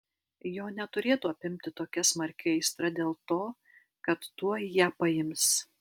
jo neturėtų apimti tokia smarki aistra dėl to kad tuoj ją paims